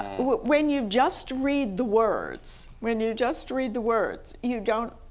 when you just read the words, when you just read the words you don't,